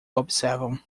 observam